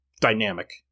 dynamic